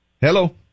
hello